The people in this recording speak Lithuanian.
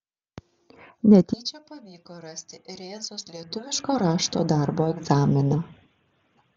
netyčia pavyko rasti rėzos lietuviško rašto darbo egzaminą